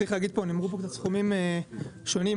נאמרו כאן סכומים שונים.